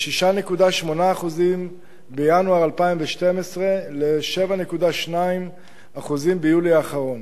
מ-6.8% בינואר 2012 ל-7.2% ביולי האחרון.